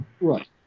Right